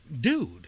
dude